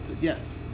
yes